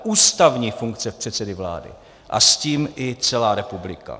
Ústavní funkce předsedy vlády a s tím i celá republika.